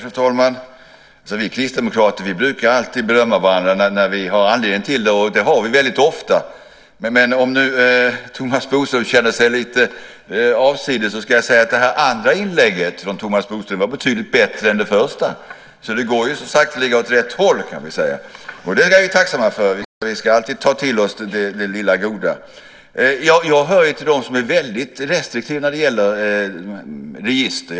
Fru talman! Vi kristdemokrater brukar alltid berömma varandra när vi har anledning till det, och det har vi väldigt ofta. Om nu Thomas Bodström känner sig lite avsides ska jag säga att det här andra inlägget från Thomas Bodström var betydligt bättre än det första, så det går ju så sakteliga åt rätt håll, kan vi säga! Det är vi tacksamma för. Vi ska alltid ta till oss det lilla goda. Jag hör ju till dem som är väldigt restriktiva när det gäller register.